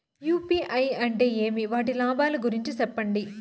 UPI అంటే ఏమి? వాటి లాభాల గురించి సెప్పండి?